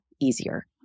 easier